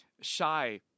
shy